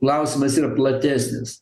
klausimas yra platesnis